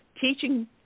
teaching